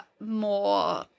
more